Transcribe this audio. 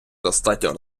достатньо